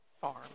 farm